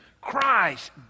Christ